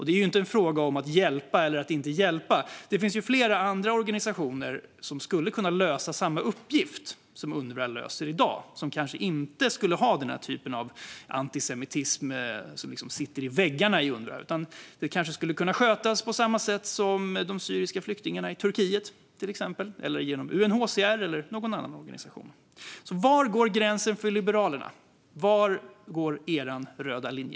Det är inte en fråga om att hjälpa eller inte hjälpa; det finns ju flera andra organisationer som skulle kunna lösa samma uppgift som Unrwa löser i dag men utan den här typen av antisemitism som liksom sitter i väggarna i Unrwa. Det kanske skulle kunna skötas på samma sätt som de syriska flyktingarna i Turkiet, till exempel, genom UNHCR eller någon annan organisation. Var går gränsen för Liberalerna? Var går er röda linje?